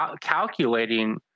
calculating